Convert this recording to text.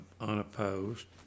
unopposed